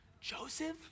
Joseph